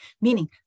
meaning